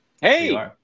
Hey